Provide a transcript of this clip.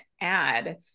add